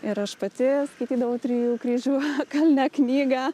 ir aš pati skaitydavau trijų kryžių kalne knygą